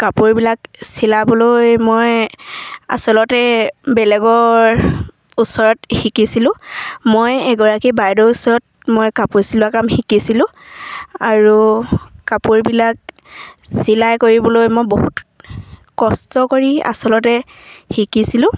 কাপোৰবিলাক চিলাবলৈ মই আচলতে বেলেগৰ ওচৰত শিকিছিলোঁ মই এগৰাকী বাইদেউৰ ওচৰত মই কাপোৰ চিলোৱা কাম শিকিছিলোঁ আৰু কাপোৰবিলাক চিলাই কৰিবলৈ মই বহুত কষ্ট কৰি আচলতে শিকিছিলোঁ